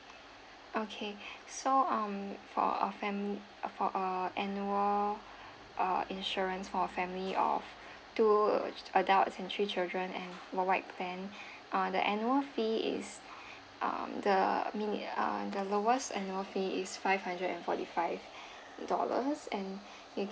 okay so um for a fam~ for a annual uh insurance for a family of two adults and three children and worldwide plan uh the annual fee is um the mini~ uh the lowest annual fee is five hundred and forty five dollars and you can